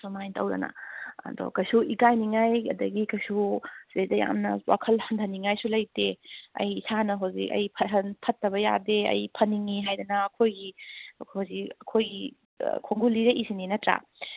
ꯁꯨꯃꯥꯏꯅ ꯇꯧꯗꯅ ꯑꯗꯣ ꯀꯩꯁꯨ ꯏꯀꯥꯏ ꯅꯤꯡꯉꯥꯏ ꯑꯗꯒꯤ ꯀꯩꯁꯨ ꯁꯤꯗꯩꯗ ꯌꯥꯝꯅ ꯋꯥꯈꯜ ꯍꯟꯊꯅꯤꯡꯉꯥꯏꯁꯨ ꯂꯩꯇꯦ ꯑꯩ ꯏꯁꯥꯅ ꯍꯧꯖꯤꯛ ꯑꯩ ꯐꯠꯇꯕ ꯌꯥꯗꯦ ꯑꯩ ꯐꯅꯤꯡꯏ ꯍꯥꯏꯗꯅ ꯑꯩꯈꯣꯏꯒꯤ ꯍꯧꯖꯤꯛ ꯑꯩꯈꯣꯏꯒꯤ ꯈꯣꯡꯒꯨꯜ ꯂꯤꯔꯛꯂꯤꯁꯤꯅꯤ ꯅꯠꯇ꯭ꯔꯥ